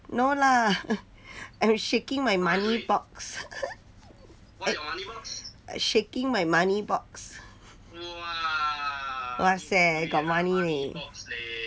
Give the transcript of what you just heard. no lah I'm shaking my money box shaking my money box !wahseh! got money leh